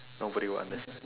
nobody will under~